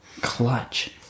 Clutch